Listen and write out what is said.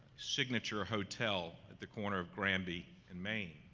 signature hotel at the corner of grandby and main.